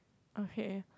okay